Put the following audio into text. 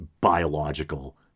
biological